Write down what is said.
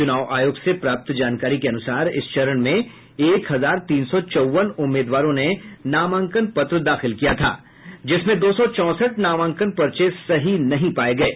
चुनाव आयोग से प्राप्त जानकारी के अनुसार इस चरण में एक हजार तीन सौ चौवन उम्मीदवारों ने नामांकन पत्र दाखिल किया था जिसमें दो सौ चौंसठ नामांकन पर्चे सही नहीं पाये गये